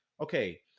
okay